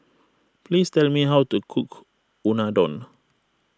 please tell me how to cook Unadon